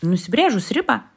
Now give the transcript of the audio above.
nusibrėžus ribą